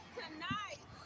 tonight